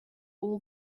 all